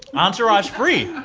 entourage free.